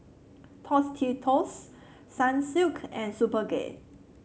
Tostitos Sunsilk and Superga